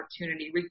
opportunity